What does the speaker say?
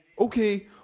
Okay